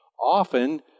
often